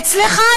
אצלך,